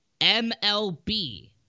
MLB